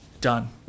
Done